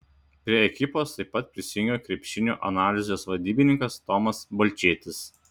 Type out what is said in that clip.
prie ekipos taip pat prisijungė krepšinio analizės vadybininkas tomas balčėtis